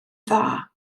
dda